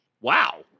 Wow